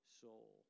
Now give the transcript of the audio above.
soul